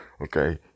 Okay